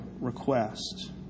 request